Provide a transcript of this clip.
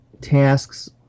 tasks